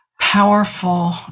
powerful